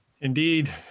Indeed